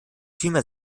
vielmehr